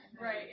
Right